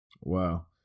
Wow